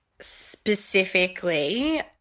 specifically